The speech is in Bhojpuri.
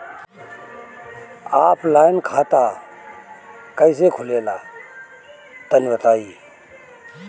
ऑफलाइन खाता कइसे खुलेला तनि बताईं?